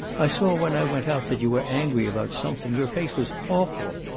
i saw when i went out that you were angry about something. your face was awful.